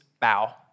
bow